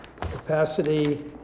Capacity